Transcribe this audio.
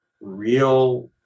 real